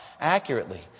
accurately